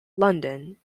london